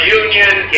union